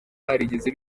barigeze